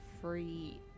free